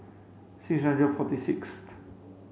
six hundred forty sixth